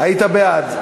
היית בעד.